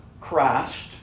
Christ